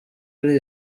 ari